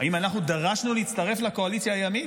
האם אנחנו דרשנו להצטרף לקואליציה הימית?